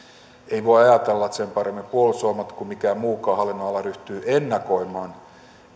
ei voi ajatella että sen paremmin puolustusvoimat kuin mikään muukaan hallinnonala ryhtyy ennakoimaan